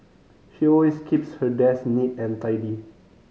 she always keeps her desk neat and tidy